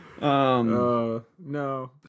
no